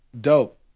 dope